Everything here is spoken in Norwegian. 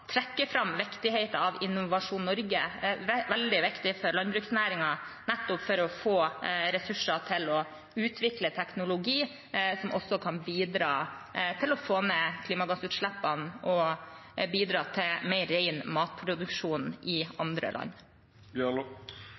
fram viktigheten av Innovasjon Norge. Det er veldig viktig for landbruksnæringen, nettopp for å få ressurser til å utvikle teknologi, som også kan bidra til å få ned klimagassutslippene og bidra til renere matproduksjon i andre